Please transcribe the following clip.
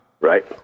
Right